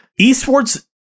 Esports